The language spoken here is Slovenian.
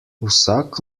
vsak